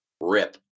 Rip